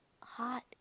hot